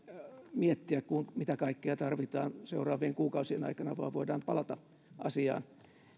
miettiä mitä kaikkea tarvitaan seuraavien kuukausien aikana vaan voidaan palata asiaan